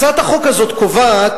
הצעת החוק הזאת קובעת,